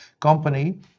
company